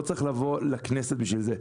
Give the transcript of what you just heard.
לא צריך לבוא לכנסת בשביל זה.